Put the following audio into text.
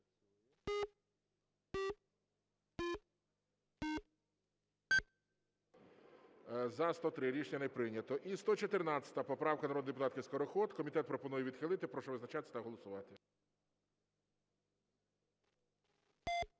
За-103 Рішення не прийнято. І 114 поправка народної депутатки Скороход. Комітет пропонує відхилити. Прошу визначатись та голосувати.